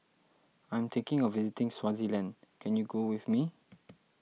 I'm thinking of visiting Swaziland can you go with me